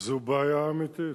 זו בעיה אמיתית.